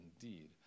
indeed